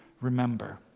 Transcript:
remember